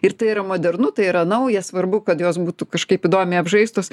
ir tai yra modernu tai yra nauja svarbu kad jos būtų kažkaip įdomiai apžaistos